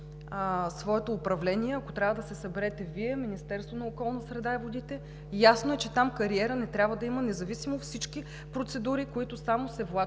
своето управление. Ако трябва, да се съберете Вие и Министерството на околната среда и водите – ясно е, че там кариера не трябва да има, независимо от всички процедури, които само се влачат